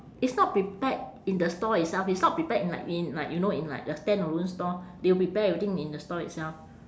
it's not prepared in the stall itself it's not prepared in like in like you know in like a standalone stall they'll prepare everything in the stall itself